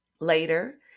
later